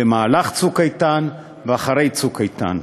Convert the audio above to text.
במהלך "צוק איתן" ואחרי "צוק איתן".